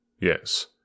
Yes